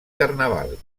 carnaval